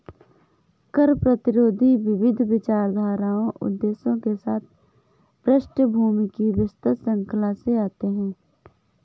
कर प्रतिरोधी विविध विचारधाराओं उद्देश्यों के साथ पृष्ठभूमि की विस्तृत श्रृंखला से आते है